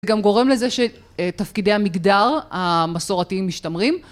זה גם גורם לזה שתפקידי המגדר המסורתיים משתמרים